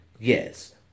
Yes